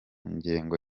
ngengo